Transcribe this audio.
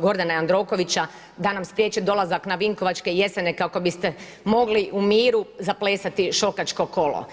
Gordana Jandrokovića da nam spriječi dolazak na Vinkovačke jeseni, kako biste mogli u miru zaplesati šakačko kolo.